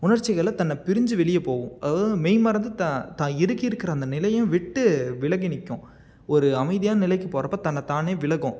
உணர்ச்சிகளில் தன்னை பிரிஞ்சு வெளியே போகும் அதாவது மெய் மறந்து தான் எதுக்கு இருக்கிற அந்த நிலையும் விட்டு விலகி நிற்கும் ஒரு அமைதியான நிலைக்கு போகிறப்ப தன்னை தானே விலகும்